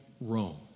Rome